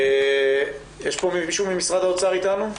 יש מישהו ממשרד האוצר אתנו?